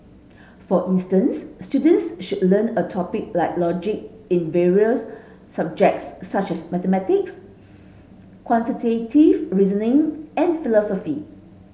for instance students should learn a topic like logic in various subjects such as mathematics quantitative reasoning and philosophy